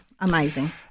Amazing